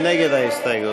מי נגד ההסתייגות?